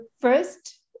first